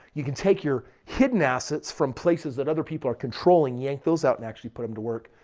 you can take your hidden assets from places that other people are controlling, yank those out and actually put them to work.